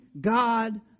God